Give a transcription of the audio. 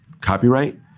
copyright